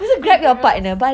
mean girls